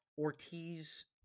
Ortiz